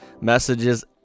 messages